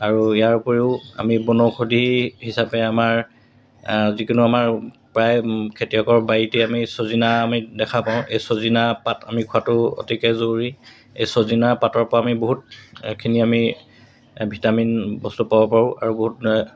আৰু ইয়াৰ উপৰিও আমি বনৌষধি হিচাপে আমাৰ যিকোনো আমাৰ প্ৰায় খেতিয়কৰ বাৰীতে আমি চজিনা আমি দেখা পাওঁ এই চজিনা পাত আমি খোৱাটো অতিকৈ জৰুৰী এই চজিনা পাতৰপৰা আমি বহুতখিনি আমি ভিটামিন বস্তু পাব পাৰোঁ আৰু বহুত